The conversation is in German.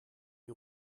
die